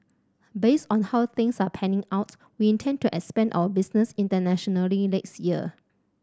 based on how things are panning out we intend to expand our business internationally next year